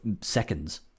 seconds